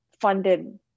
funded